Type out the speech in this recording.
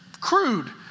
crude